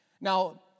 Now